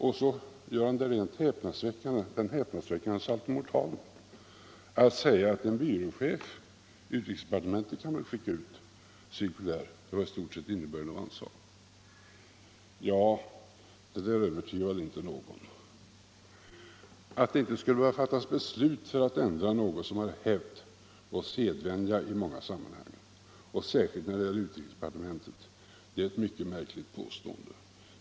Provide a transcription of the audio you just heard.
Sedan gör han den rent häpnadsväckande salto — Om åtgärder för att mortalen att säga att en byråchef i utrikesdepartementet väl kan skicka = avskaffa påminnelut cirkulär; det var i stort sett innebörden av vad han sade. Det övertygar = ser om att Sverige väl inte någon. Att det inte skulle behöva fattas beslut för att ändra — är en monarki något med hävd och sedvänja i många avseenden och detta särskilt när det gäller utrikesdepartementet är ett mycket märkligt påstående.